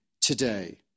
today